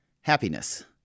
happiness